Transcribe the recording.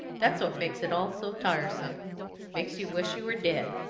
that's what makes it all so tiresome makes you wish you were dead.